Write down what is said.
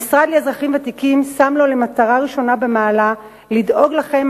המשרד לאזרחים ותיקים שם לו למטרה ראשונה במעלה לדאוג לכם,